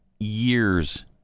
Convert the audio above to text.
years